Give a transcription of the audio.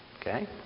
Okay